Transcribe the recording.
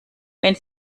wenn